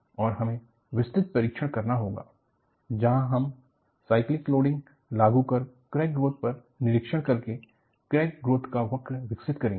और हमें विस्तृत परीक्षण करना होगा जहां हम साइक्लिक लोडिंग लागू कर क्रैक ग्रोथ का निरीक्षण करके क्रैक ग्रोथ का वक्र विकसित करेंगे